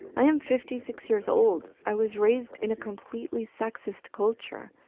and i am fifty six years old. i was raised in a completely sexist culture.